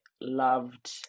loved